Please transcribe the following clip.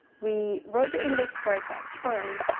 we wrote the index part that's fine,